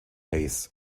hayes